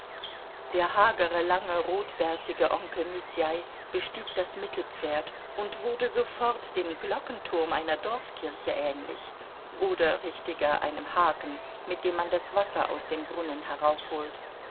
der hagere lange rotbärtige onkel mitjaj bestieg das mittelpferd und wurde sofort dem glockenturm einer dorfkirche ähnlich oder richtiger einem haken mit dem man das wasser aus dem brunnen heraufholt